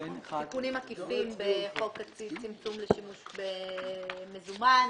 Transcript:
תיקונים עקיפים בחוק הצמצום לשימוש במזומן,